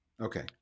Okay